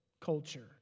culture